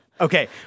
Okay